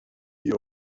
ihr